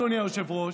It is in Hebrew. אדוני היושב-ראש,